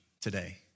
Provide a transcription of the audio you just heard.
today